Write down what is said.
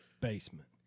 basement